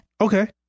Okay